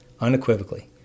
unequivocally